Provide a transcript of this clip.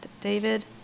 David